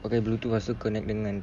pakai bluetooth lepas tu connect dengan